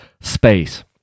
space